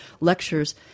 lectures